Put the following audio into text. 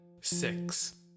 six